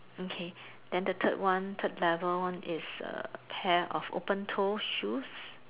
okay then the third one the third level one is a pair of opened toe shoes